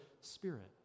Spirit